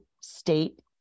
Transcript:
state